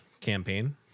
campaign